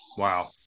Wow